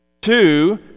two